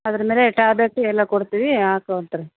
ಅದರ ಮೇಲೆ ಟ್ಯಾಬ್ಲೆಟ್ ಎಲ್ಲ ಕೊಡ್ತೀವಿ ಹಾಕೋವಂತ್ರಿ